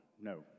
no